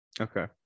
okay